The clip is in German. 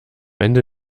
ende